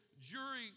jury